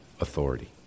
authority